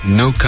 no